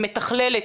המתכללת,